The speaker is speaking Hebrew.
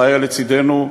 חיה לצדנו,